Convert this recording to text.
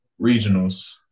regionals